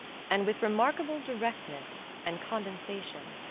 and with remarkable directness and condensation.